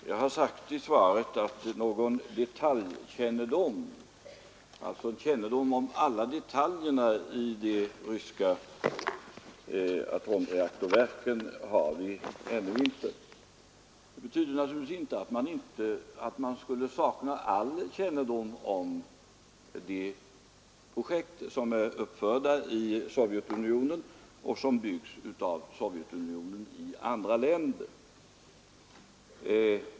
Herr talman! Jag har sagt i svaret att någon detaljkännedom — alltså kännedom om alla detaljer — om när det gäller de ryska atomreaktorverken har vi ännu inte. Det betyder naturligtvis inte att vi skulle sakna all kännedom om de reaktorer som är uppförda i Sovjetunionen eller som byggs av Sovjetunionen i andra länder.